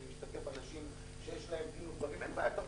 להשתתף כאלה שיש להם דין ודברים עם רשות